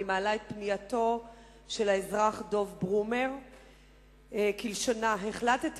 אני מעלה את פנייתו של האזרח דב ברומר כלשונה: החלטתי